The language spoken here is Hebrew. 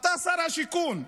אתה שר השיכון.